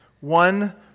one